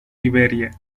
liberia